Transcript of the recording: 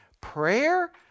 Prayer